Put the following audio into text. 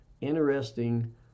interesting